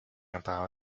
about